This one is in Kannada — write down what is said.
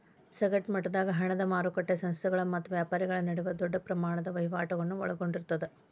ಸಗಟ ಮಟ್ಟದಾಗ ಹಣದ ಮಾರಕಟ್ಟಿ ಸಂಸ್ಥೆಗಳ ಮತ್ತ ವ್ಯಾಪಾರಿಗಳ ನಡುವ ದೊಡ್ಡ ಪ್ರಮಾಣದ ವಹಿವಾಟುಗಳನ್ನ ಒಳಗೊಂಡಿರ್ತದ